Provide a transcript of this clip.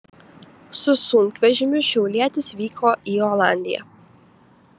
su sunkvežimiu šiaulietis vyko į olandiją